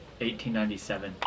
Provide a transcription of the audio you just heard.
1897